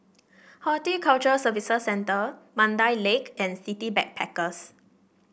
Horticulture Services Centre Mandai Lake and City Backpackers